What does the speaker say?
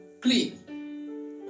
clean